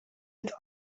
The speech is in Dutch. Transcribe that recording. het